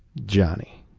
johnny,